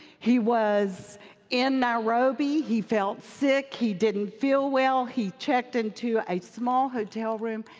he was in nairobi he felt sick. he didn't feel well. he checked into a small hotel room,